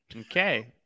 Okay